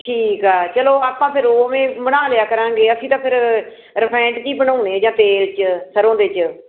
ਠੀਕ ਆ ਚਲੋ ਆਪਾਂ ਫਿਰ ਉਵੇਂ ਬਣਾ ਲਿਆ ਕਰਾਂਗੇ ਅਸੀਂ ਤਾਂ ਫਿਰ ਰਿਫਾਇੰਡ 'ਚ ਹੀ ਬਣਾਉਣੇ ਜਾਂ ਤੇਲ 'ਚ ਸਰੋਂ ਦੇ 'ਚ